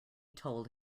told